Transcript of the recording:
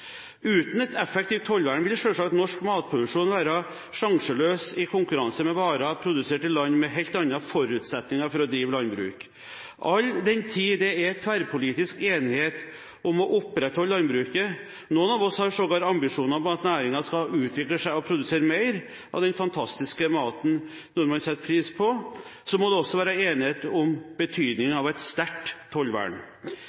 Uten et effektivt tollvern vil selvsagt norsk matproduksjon være sjanseløs i konkurranse med varer produsert i land med helt andre forutsetninger for å drive landbruk. All den tid det er tverrpolitisk enighet om å opprettholde landbruket – noen av oss har sågar ambisjoner om at næringen skal utvikle seg og produsere mer av den fantastiske maten nordmenn setter pris på – må det også være enighet om